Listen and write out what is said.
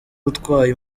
utwaye